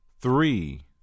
Three